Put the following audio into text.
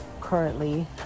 currently